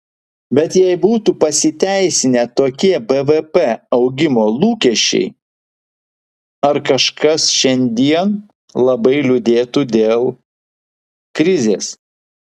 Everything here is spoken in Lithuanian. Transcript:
bet jei būtų pasiteisinę tokie bvp augimo lūkesčiai ar kažkas šiandien labai liūdėtų dėl krizės